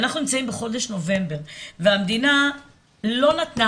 אנחנו נמצאים בחודש נובמבר והמדינה לא נתנה